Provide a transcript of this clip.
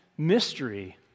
mystery